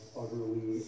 utterly